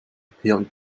peer